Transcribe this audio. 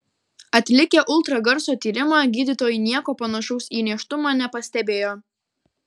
atlikę ultragarso tyrimą gydytojai nieko panašaus į nėštumą nepastebėjo